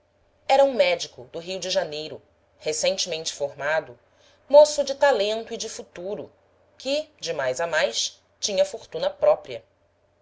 era um médico do rio de janeiro recentemente formado moço de talento e de futuro que de mais a mais tinha fortuna própria